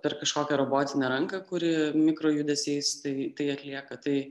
per kažkokią robotinę ranką kuri mikro judesiais tai tai atlieka tai